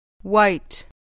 White